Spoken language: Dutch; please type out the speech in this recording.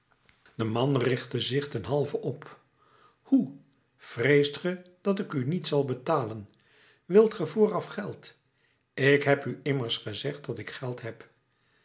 de man richtte zich ten halve op hoe vreest ge dat ik u niet zal betalen wilt ge vooraf geld ik heb u immers gezegd dat ik geld heb